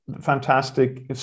Fantastic